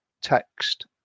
text